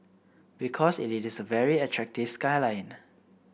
because it is a very attractive skyline